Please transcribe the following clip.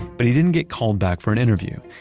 but he didn't get called back for an interview.